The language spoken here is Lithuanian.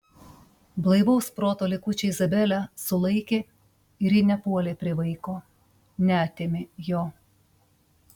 blaivaus proto likučiai izabelę sulaikė ir ji nepuolė prie vaiko neatėmė jo